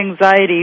anxiety